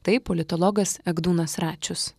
tai politologas egdūnas račius